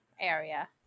area